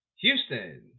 Houston